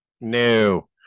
no